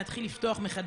להציע להיות אקטיביים,